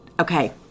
okay